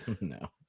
no